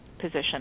position